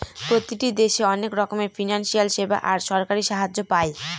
প্রতিটি দেশে অনেক রকমের ফিনান্সিয়াল সেবা আর সরকারি সাহায্য পায়